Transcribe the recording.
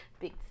Big